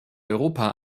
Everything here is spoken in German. europa